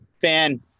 fan